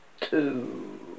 two